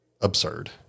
absurd